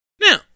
Now